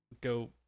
go